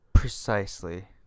Precisely